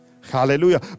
hallelujah